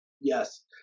Yes